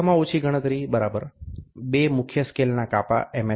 ઓછામાં ઓછી ગણતરી 2 મુખ્ય સ્કેલના કાપા એમ